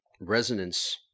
resonance